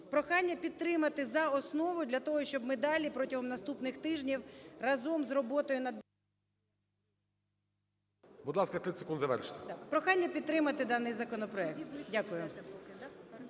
Прохання підтримати за основу для того, щоб ми далі, протягом наступних тижнів разом з роботою над… ГОЛОВУЮЧИЙ. Будь ласка, 30 секунд завершити. МАРКАРОВА О.С. Прохання підтримати даний законопроект. Дякую.